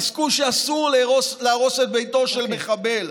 פסקו שאסור להרוס את ביתו של מחבל,